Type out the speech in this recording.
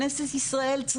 כנסת ישראל,